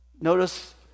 Notice